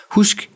Husk